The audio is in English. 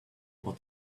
what